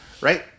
Right